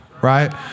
Right